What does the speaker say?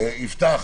יפתח,